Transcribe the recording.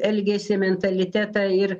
elgesį mentalitetą ir